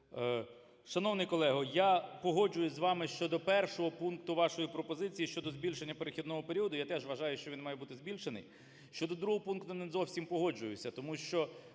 Шановний колего, я погоджуюсь з вами щодо першого пункту вашої пропозиції щодо збільшення перехідного періоду. Я теж вважаю, що він має бути збільшений. Щодо другого пункту не зовсім погоджуюся, тому що